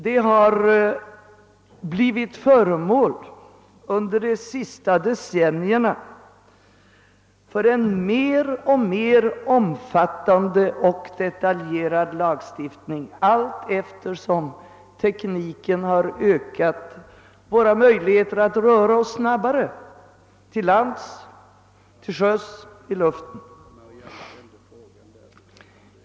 Det har under de senaste decennierna blivit föremål för en alltmer omfattande och detaljerad lagstiftning allteftersom tekniken har ökat våra möjligheter att röra oss snabbare, till lands, till sjöss, i luften.